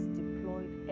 deployed